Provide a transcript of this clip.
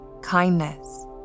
kindness